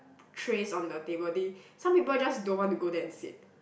trays on the table they some people just don't want to go there and sit